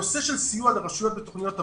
הנושא של סיוע לרשויות בתוכניות הבראה,